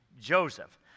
Joseph